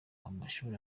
amashuri